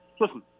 Listen